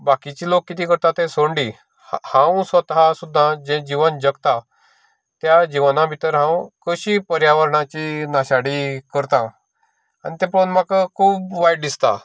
बाकिचे लोक कितें करता तें सोडून दी हांव स्वता जें जिवन जगतां त्या जिवना भितर हांव कशी पर्यावरणाची नाशाडी करतां आनी तें पळोवन म्हाका खूब वायट दिसता